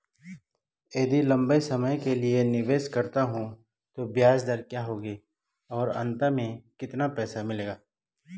यदि लंबे समय के लिए निवेश करता हूँ तो ब्याज दर क्या होगी और अंत में कितना पैसा मिलेगा?